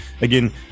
Again